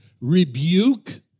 rebuke